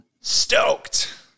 stoked